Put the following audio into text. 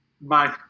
Bye